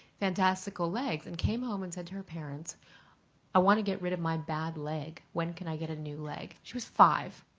fantastical legs and came home and said to her parents i want to get rid of my bad leg. when can i get a new leg? she was five.